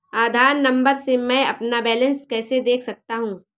आधार number से मैं अपना बैलेंस कैसे देख सकता हूँ?